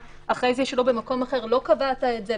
שאחרי זה ישאלו למה במקום אחר לא קבעת את זה.